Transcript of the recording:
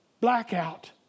blackout